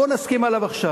בוא נסכים עליו עכשיו.